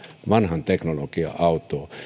vanhan teknologian autoa